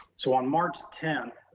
so on march ten,